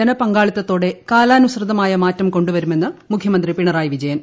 ജനപങ്കാളിത്തതോടെ കാലാനുസൃതമായ മാറ്റം കൊണ്ടുവരുമെന്ന് മുഖ്യമന്ത്രി പിണറായി വിജയൻ